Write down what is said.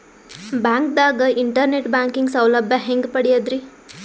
ಬ್ಯಾಂಕ್ದಾಗ internet banking ಸೌಲಭ್ಯ ಹೆಂಗ್ ಪಡಿಯದ್ರಿ?